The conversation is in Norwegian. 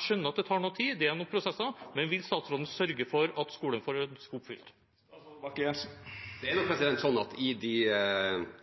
skjønner at det tar noe tid, det er noen prosesser, men vil statsråden sørge for at skolen får ønsket oppfylt? Med de forpliktelsene som ligger på den typen utstyr, er det nok